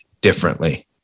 differently